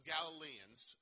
Galileans